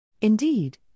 Indeed